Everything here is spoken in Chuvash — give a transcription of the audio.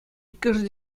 иккӗшӗ